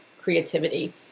creativity